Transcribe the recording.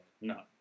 no